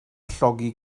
llogi